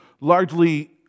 largely